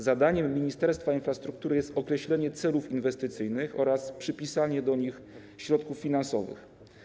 Zadaniem Ministerstwa Infrastruktury jest określenie celów inwestycyjnych oraz przypisanie do nich środków finansowych.